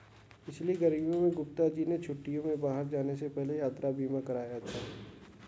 पिछली गर्मियों में गुप्ता जी ने छुट्टियों में बाहर जाने से पहले यात्रा बीमा कराया था